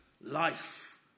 life